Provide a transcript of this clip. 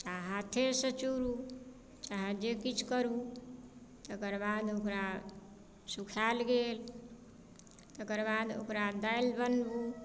आओर हाथेसँ चुरू चाहे जे किछु करू तकरबाद ओकरा सुखायल गेल तकरबाद ओकरा दालि बनबु